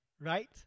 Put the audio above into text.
Right